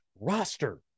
roster